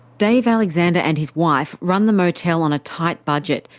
dave alexander and his wife run the motel on a tight budget,